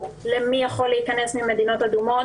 לגבי מי שיכול להיכנס ממדינות אדומות.